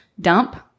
dump-